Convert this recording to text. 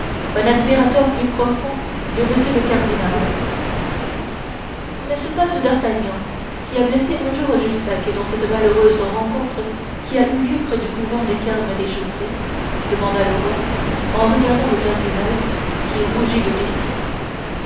un admirateur plus profond de m le cardinal n'est-ce pas ce d'artagnan qui a blessé un jour jussac dans cette malheureuse rencontre qui a eu lieu près du couvent des carmes déchaussés demanda le roi en regardant le cardinal qui rougit de dépit